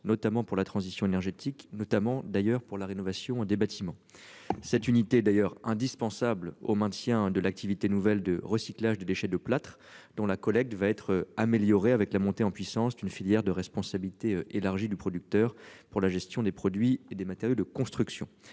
notamment pour la transition énergétique, notamment d'ailleurs pour la rénovation des bâtiments. Cette unité d'ailleurs indispensable au maintien de l'activité nouvelle de recyclage de déchets de plâtre dont la collecte va être améliorée avec la montée en puissance d'une filière de responsabilité élargie du producteur pour la gestion des produits et des matériaux de construction.